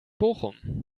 bochum